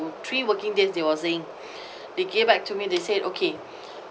three working days they were saying they get back to me they said okay